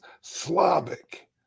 Slavic